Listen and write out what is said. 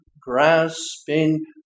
grasping